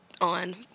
on